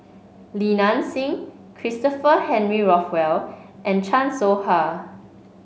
Li Nanxing Christopher Henry Rothwell and Chan Soh Ha